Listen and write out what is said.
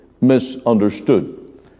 misunderstood